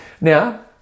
Now